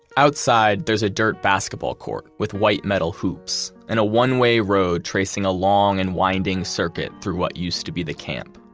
outside, there's a dirt basketball court with white metal hoops and a one-way road tracing along and winding circuit through what used to be the camp.